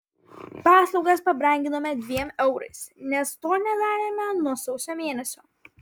paslaugas pabranginome dviem eurais nes to nedarėme nuo sausio mėnesio